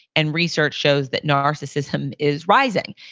and research shows that narcissism is rising.